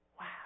Wow